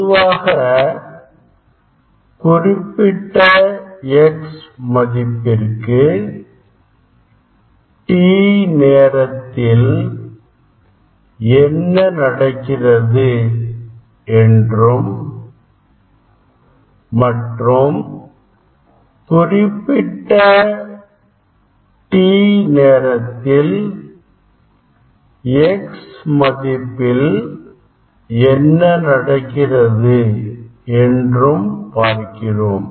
பொதுவாக குறிப்பிட்ட x மதிப்பிற்கு t நேரத்தில் என்ன நடக்கிறது என்றும் மற்றும் குறிப்பிட்ட t நேரத்தில் x மதிப்பில் என்ன நடக்கிறது என்றும் பார்க்கிறோம்